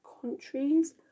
countries